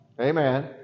Amen